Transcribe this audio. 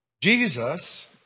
Jesus